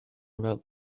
about